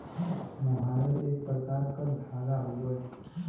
मोहायर एक प्रकार क धागा हउवे